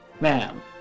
ma'am